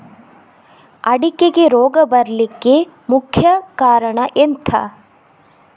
ಅಡಿಕೆಗೆ ರೋಗ ಬರ್ಲಿಕ್ಕೆ ಮುಖ್ಯ ಕಾರಣ ಎಂಥ?